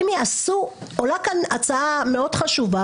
עולה כאן הצעה חשובה מאוד,